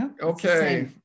okay